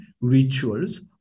rituals